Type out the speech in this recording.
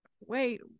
wait